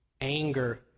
anger